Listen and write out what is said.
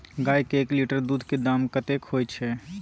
गाय के एक लीटर दूध के दाम कतेक होय छै?